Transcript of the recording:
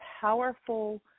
powerful